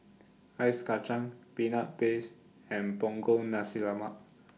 Ice Kachang Peanut Paste and Punggol Nasi Lemak